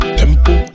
tempo